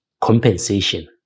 compensation